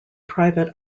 private